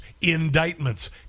indictments